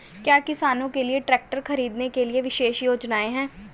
क्या किसानों के लिए ट्रैक्टर खरीदने के लिए विशेष योजनाएं हैं?